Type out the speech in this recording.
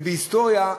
ובהיסטוריה,